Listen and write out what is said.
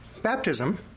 Baptism